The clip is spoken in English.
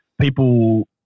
people